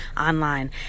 online